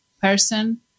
person